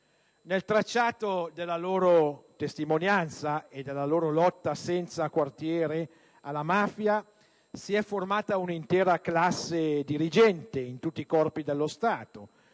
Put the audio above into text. Nel tracciato della loro testimonianza e della loro lotta senza quartiere alla mafia, si è formata un'intera classe dirigente in tutti i Corpi dello Stato,